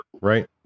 right